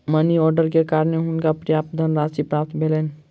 money order के कारणें हुनका पर्याप्त धनराशि प्राप्त भेलैन